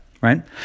right